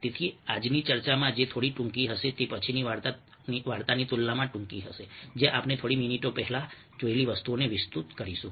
તેથી આજની ચર્ચામાં જે થોડી ટૂંકી હશે તે પછીની વાર્તાની તુલનામાં ટૂંકી હશે જ્યાં આપણે થોડી મિનિટો પહેલા જોયેલી વસ્તુઓને વિસ્તૃત કરીશું